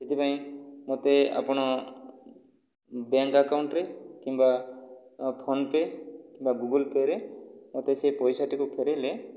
ସେଥିପାଇଁ ମୋତେ ଆପଣ ବ୍ୟାଙ୍କ ଆକାଉଣ୍ଟରେ କିମ୍ବା ଫୋନ୍ ପେ' କିମ୍ବା ଗୁଗୁଲ ପେ'ରେ ମୋତେ ସେ ପଇସାଟିକୁ ଫେରେଇଲେ